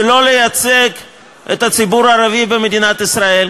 לא לייצג את הציבור הערבי במדינת ישראל,